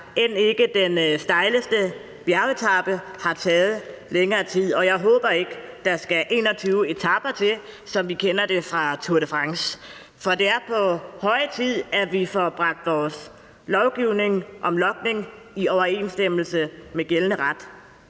end ikke den stejleste bjergetape har taget længere tid, og jeg håber ikke, at der skal 21 etaper til, som vi kender det fra Tour de France. For det er på høje tid, at vi får bragt vores lovgivning om logning i overensstemmelse med gældende ret.